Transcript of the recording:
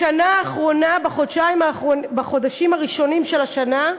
בשנה האחרונה, בחודשים הראשונים של השנה,